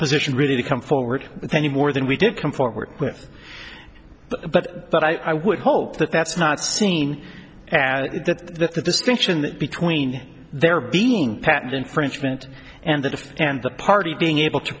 position really to come forward with any more than we did come forward with but but i would hope that that's not seen and that the distinction between there being a patent infringement and that if and the party being able to